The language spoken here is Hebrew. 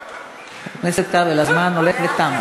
חבר הכנסת כבל, הזמן הולך ותם.